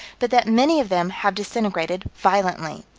but that many of them have disintegrated violently.